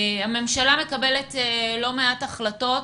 הממשלה מקבלת לא מעט החלטות,